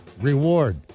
reward